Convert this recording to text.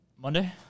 Monday